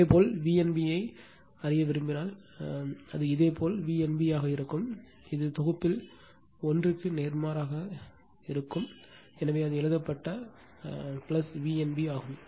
இதேபோல் V n b ஐ அறிய விரும்பினால் அது இதேபோல் V n b ஆக இருக்கும் இது தொகுப்பில் ஒன்றிற்கு நேர்மாறாக இருக்கும் எனவே அது எழுதப்பட்ட V n b ஆகும்